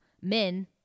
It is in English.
men